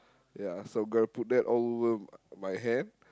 ya so gonna put that all over my my hand